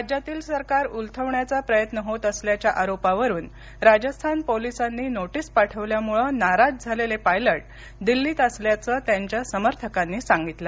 राज्यातील सरकार उलथवण्याचा प्रयत्न होत असल्याच्या आरोपावरून राजस्थान पोलिसांनी नोटीस पाठवल्यामुळं नाराज झालेले पायलट हे दिल्लीत असल्याचं त्यांच्या समर्थकांनी सांगितलं